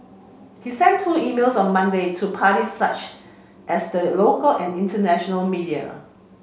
he sent two emails on Monday to parties such as the local and international media